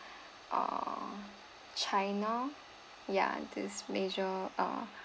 uh china ya this major uh